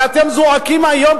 הרי אתם זועקים היום,